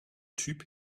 typ